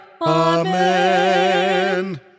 Amen